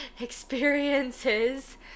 experiences